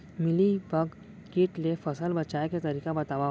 Mealybug किट ले फसल बचाए के तरीका बतावव?